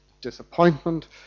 disappointment